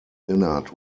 inert